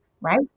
right